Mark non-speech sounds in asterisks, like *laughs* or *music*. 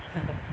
*laughs*